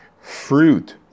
fruit